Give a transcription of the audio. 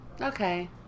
Okay